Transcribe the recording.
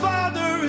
Father